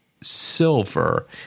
silver